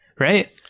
Right